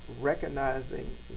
recognizing